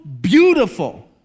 beautiful